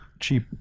cheap